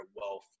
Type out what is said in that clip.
wealth